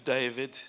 David